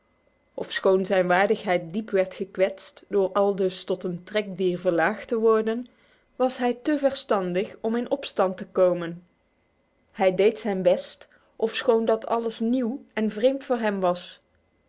ofschoon zijn waardigheid diep werd gekwetst door aldus tot een trekdier verlaagd te worden was hij te verstandig om in opstand te komen hij deed zijn best ofschoon dat alles nieuw en vreemd voor hem was